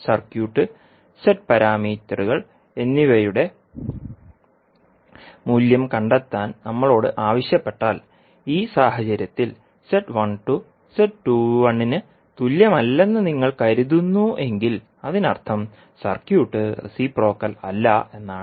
circuit Z പാരാമീറ്ററുകൾ എന്നിവയുടെ മൂല്യം കണ്ടെത്താൻ നമ്മളോട് ആവശ്യപ്പെട്ടാൽ ഈ സാഹചര്യത്തിൽ ന് തുല്യമല്ലെന്ന് നിങ്ങൾ കരുതുന്നുവെങ്കിൽ അതിനർത്ഥം സർക്യൂട്ട് റെസിപ്രോക്കൽ അല്ല എന്നാണ്